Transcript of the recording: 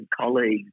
colleagues